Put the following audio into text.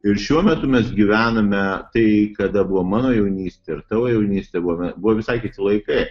ir šiuo metu mes gyvename tai kada buvo mano jaunystė ir tavo jaunystė buvome buvo visai kiti laikai